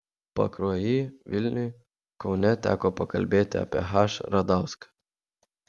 pakruojy vilniuj kaune teko pakalbėti apie h radauską